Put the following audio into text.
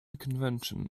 convention